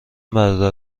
برادر